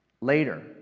Later